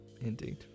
indeed